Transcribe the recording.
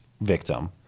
victim